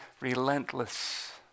relentless